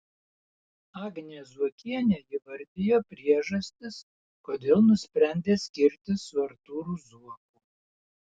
agnė zuokienė įvardijo priežastis kodėl nusprendė skirtis su artūru zuoku